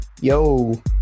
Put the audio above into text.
Yo